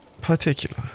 particular